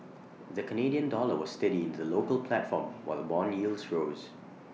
the Canadian dollar was steady in the local platform while Bond yields rose